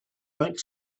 think